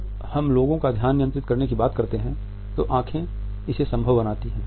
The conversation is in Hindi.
जब हम लोगों का ध्यान नियंत्रित करने की बात करते हैं तो आंखें इसे संभव बनाती हैं